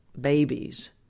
babies